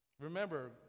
Remember